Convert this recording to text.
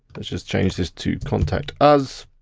let's just change this to contact us.